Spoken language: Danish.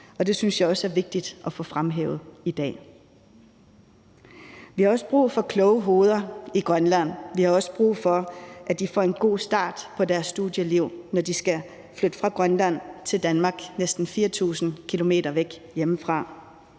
Det synes jeg også er vigtigt at fremhæve i dag. Vi har også brug for kloge hoveder i Grønland. Vi har også brug for, at de får en god start på deres studieliv, når de skal flytte fra Grønland til Danmark, altså næsten 4.000 km væk hjemmefra.